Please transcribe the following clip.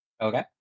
Okay